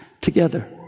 together